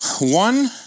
One